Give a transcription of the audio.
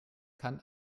kann